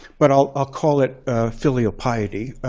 but i'll i'll call it filial piety.